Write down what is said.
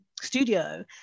studio